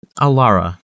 Alara